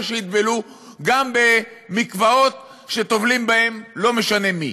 שיטבלו גם במקוואות שטובלים בהם לא משנה מי.